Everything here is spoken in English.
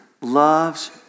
loves